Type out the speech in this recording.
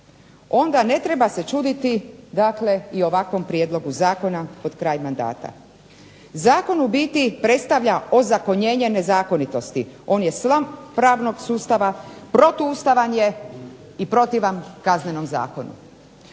onda ne treba se čuditi dakle i ovakvom prijedlogu zakona pod kraj mandata. Zakon u biti predstavlja ozakonjenje nezakonitosti. On je slom pravnog sustava, protuustavan je i protivan Kaznenom zakonu.